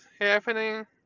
happening